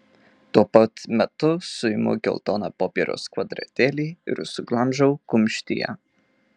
tuo pat metu suimu geltoną popieriaus kvadratėlį ir suglamžau kumštyje